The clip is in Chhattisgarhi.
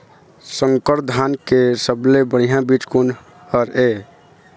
संकर धान के सबले बढ़िया बीज कोन हर ये?